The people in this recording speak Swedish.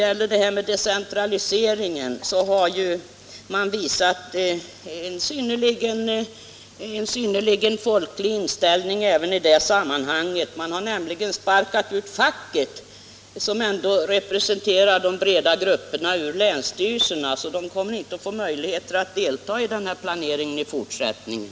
Också när det gäller decentraliseringen har man visat en synnerligen folklig inställning: man har nämligen sparkat ut facket — som ändå representerar de breda folkgrupperna — ur länsstyrelserna, så dessa grupper kommer inte att få någon möjlighet att delta i denna planering i fortsättningen.